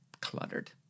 cluttered